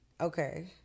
Okay